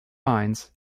minds